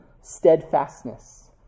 steadfastness